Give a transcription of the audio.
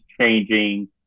changing